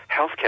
healthcare